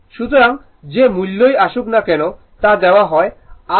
সুতরাং যে মূল্যই আসুক না কেন তা দেওয়া হয় r 8 Ω